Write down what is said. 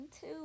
two